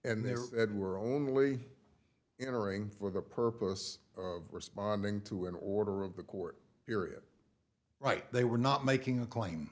and there were only entering for the purpose of responding to an order of the court hear it right they were not making a claim